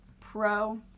pro